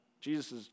Jesus